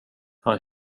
han